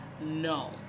no